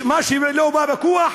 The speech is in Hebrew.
מה שלא בא בכוח,